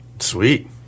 Sweet